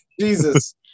Jesus